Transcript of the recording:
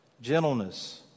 gentleness